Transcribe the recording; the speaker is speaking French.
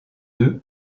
œufs